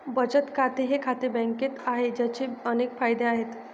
बचत खाते हे खाते बँकेत आहे, ज्याचे अनेक फायदे आहेत